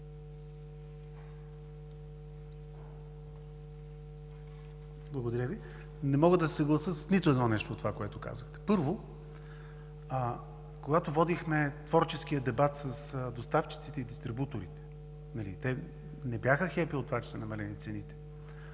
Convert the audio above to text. ПОРОЖАНОВ: Не мога да се съглася с нито едно нещо от това, което казахте. Първо, когато водехте творческия дебат с доставчиците и дистрибуторите – те не бяха хепи от това, че са намалени цените.